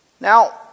Now